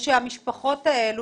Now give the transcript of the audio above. שהמשפחות האלה,